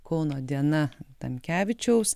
kauno diena tamkevičiaus